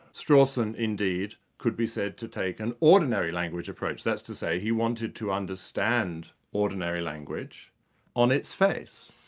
strawson indeed could be said to take an ordinary language approach. that's to say he wanted to understand ordinary language on its face,